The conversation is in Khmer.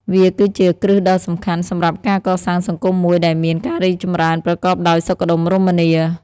វាគឺជា គ្រឹះដ៏សំខាន់ សម្រាប់ការកសាងសង្គមមួយដែលមានការរីកចម្រើនប្រកបដោយសុខដុមរមនា។